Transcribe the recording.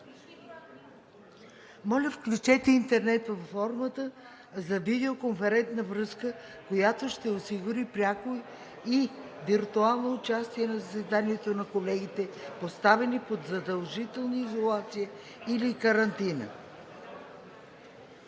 Моля, включете интернет платформата за видеоконферентна връзка, която ще осигури пряко и виртуално участие в заседанието на колегите, поставени под задължителна изолация или карантина.